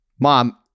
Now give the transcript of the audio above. mom